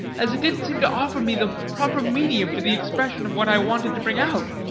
as it didn't seem to offer me the proper medium for the expression of what i wanted to bring out.